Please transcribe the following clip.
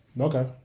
Okay